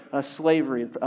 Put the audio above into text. slavery